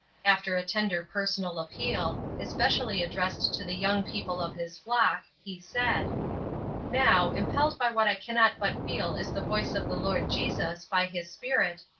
after a tender personal appeal, especially addressed to the young people of his flock, he said now, impelled by what i cannot but feel is the voice of the lord jesus, by his spirit,